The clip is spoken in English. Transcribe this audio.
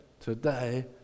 today